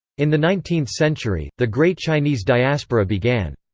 in the nineteenth century, the great chinese diaspora began.